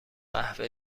قهوه